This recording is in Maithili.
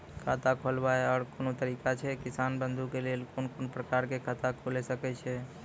खाता खोलवाक आर कूनू तरीका ऐछि, किसान बंधु के लेल कून कून प्रकारक खाता खूलि सकैत ऐछि?